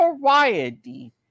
variety